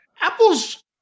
Apple's